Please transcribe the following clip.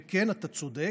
וכן, אתה צודק,